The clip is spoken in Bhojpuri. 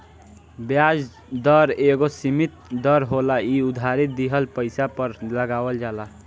ब्याज दर एगो सीमित दर होला इ उधारी दिहल पइसा पर लगावल जाला